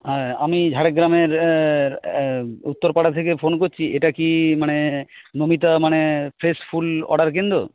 হ্যাঁ আমি ঝাড়গ্রামের উত্তরপাড়া থেকে ফোন করছি এটা কি মানে মৌমিতা মানে ফ্রেশ ফুল অর্ডার কেন্দ্র